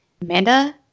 Amanda